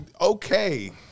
okay